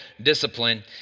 discipline